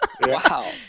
Wow